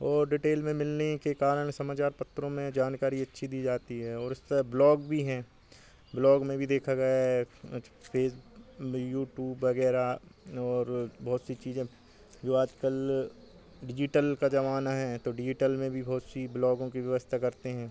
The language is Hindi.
और डीटेल में मिलने के कारण समाचार पत्रों में जानकारी अच्छी दी जाती है और इस तरह ब्लॉग भी हैं ब्लॉग में भी देखा गया है फिर यूटूब वग़ैरह और बहुत सी चीज़ें जो आज कल डिजिटल का ज़माना है तो डिजिटल में भी बहुत सी ब्लॉगों की व्यवस्था करते हैं